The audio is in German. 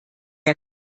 der